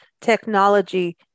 technology